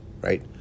right